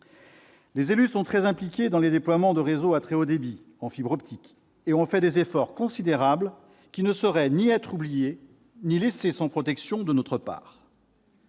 Les élus sont très impliqués dans les déploiements de réseaux à très haut débit en fibre optique et ont fait des efforts considérables qui ne sauraient ni être oubliés ni laissés sans protection de notre part.